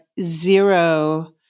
zero